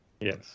Yes